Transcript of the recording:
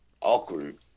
awkward